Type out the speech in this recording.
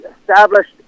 established